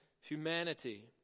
humanity